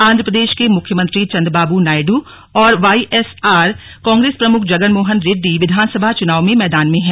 आंध्र प्रदेश के मुख्य मंत्री चन्द्रबाबू नायड़ और वाई एस आर कांग्रेस प्रमुख जगन मोहन रेड्डी विधानसभा चुनाव में मैदान में हैं